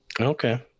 Okay